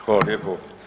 Hvala lijepo.